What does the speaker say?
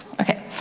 Okay